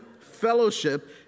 Fellowship